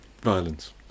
violence